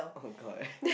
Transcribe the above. oh-my-god